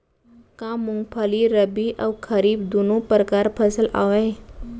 का मूंगफली रबि अऊ खरीफ दूनो परकार फसल आवय?